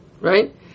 right